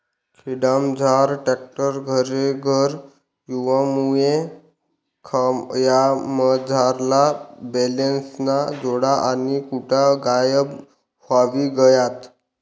खेडामझार ट्रॅक्टर घरेघर येवामुये खयामझारला बैलेस्न्या जोड्या आणि खुटा गायब व्हयी गयात